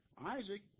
Isaac